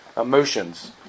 emotions